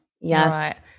Yes